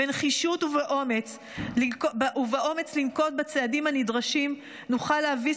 בנחישות ובאומץ לנקוט בצעדים הנדרשים נוכל להביס